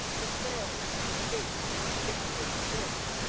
his bearing must be if it came to this!